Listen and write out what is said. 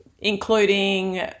including